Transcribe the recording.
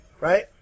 right